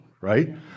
right